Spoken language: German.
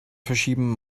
verschieben